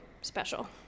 special